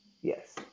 Yes